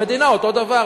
המדינה אותו דבר,